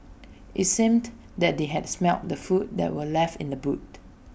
IT seemed that they had smelt the food that were left in the boot